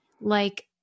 like-